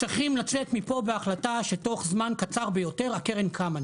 צריכים לצאת מפה בהחלטה שתוך זמן קצר ביותר הקרן קמה.